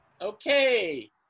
Okay